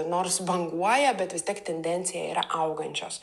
nors banguoja bet vis tiek tendencija yra augančios